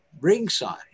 Ringside